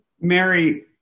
Mary